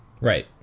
Right